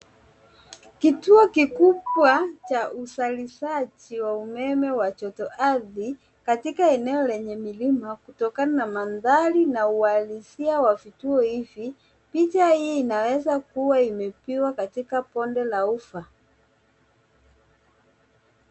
Kituo kikubwa ya usalishaji wa umeme wa joto ardhi katika eneo lenye milima kutokana na mandhari na uhalisia wa vituo hivi. Picha hii inaweza kuwa imepigwa katika bonde la ufa.